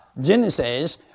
Genesis